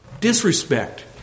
disrespect